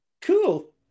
Cool